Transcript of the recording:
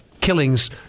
killings